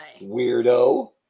Weirdo